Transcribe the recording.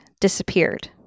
disappeared